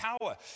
power